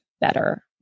better